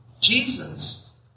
Jesus